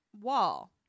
wall